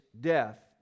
death